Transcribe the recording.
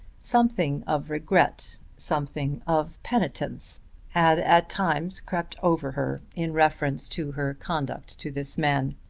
something of regret, something of penitence had at times crept over her in reference to her conduct to this man.